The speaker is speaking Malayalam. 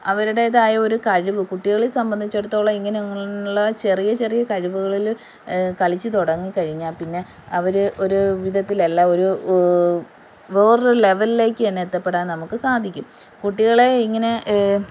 അവരുടേതായൊരു കഴിവ് കുട്ടികളെ സംബന്ധിച്ചിടത്തോളം ഇങ്ങനെയുള്ള ചെറിയ ചെറിയ കഴിവുകളിൽ കളിച്ചു തുടങ്ങി കഴിഞ്ഞാൽ പിന്നെ അവർ ഒരു വിധത്തിലല്ല ഒരു വ് വേറൊരു ലെവലിലേക്ക് തന്നെ എത്തപ്പെടാൻ നമുക്ക് സാധിക്കും കുട്ടികളെ ഇങ്ങനെ